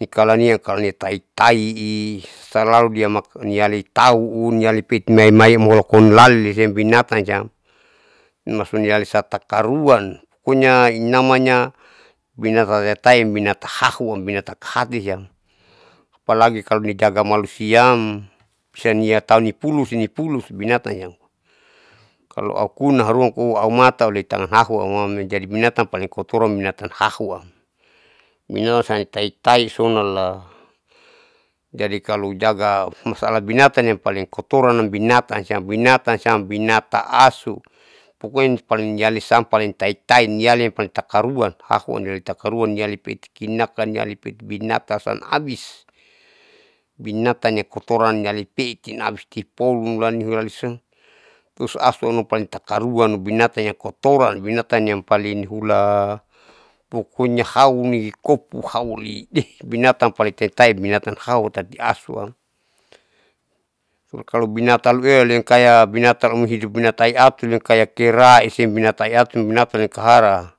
nikalania nitaitai salalu dia makan niali taun nialipeti maimai molokon lalisem binatan siam masuniale satakaruan pokonya namanya binatan natai binatan hahu binatan khatisiam apalagi kalo nijaga malu siam siamniatau nipulusi nipulusi binataniam. kalo aukuna hauruma aumatauleta hahu auamle jadi binatan paling kotorann binatan hahuam santaitaiso nala jadi kalo jaga masalah binatan yang paling kotorannam binatan siam binatan siam binatan asu pokonya nipaling yalisiiam paling taitai niale yang paling takaruan hahuniale takaruan nialepeti kinaka nialibinatansan abis, binatanya kotoran niali peitina abis kipolula niulalison usuasuano paling takaruuan binatang yang kotoran binatang yang paling hula pokonya hauni kopu haulideh binatan paling taitai binatan hautati asuam coba kalo binatan luelikaya binatan auhidup binataiatuli kaya kera isibinatai atun binatanni kahara.